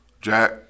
Jack